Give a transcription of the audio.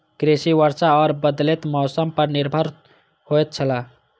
कृषि वर्षा और बदलेत मौसम पर निर्भर होयत छला